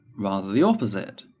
rather the opposite.